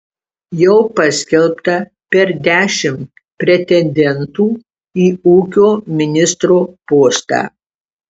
jau paskelbta per dešimt pretendentų į ūkio ministro postą